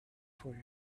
for